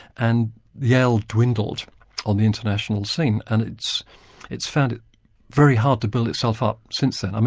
and yale dwindled on the international scene and it's it's found it very hard to build itself up since then. um